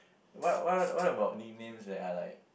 what what what about nicknames that are like